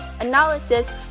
analysis